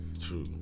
True